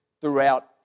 throughout